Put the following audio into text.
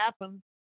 happen